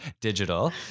digital